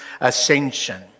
ascension